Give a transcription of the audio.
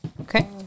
Okay